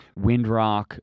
Windrock